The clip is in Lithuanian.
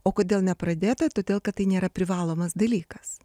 o kodėl nepradėta todėl kad tai nėra privalomas dalykas